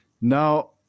Now